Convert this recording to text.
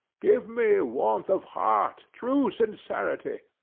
give me warmth of heart, true sincerity,